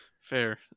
Fair